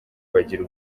bagira